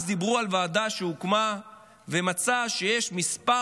אז דיברו על ועדה שהוקמה ומצאה שיש כמה